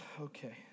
Okay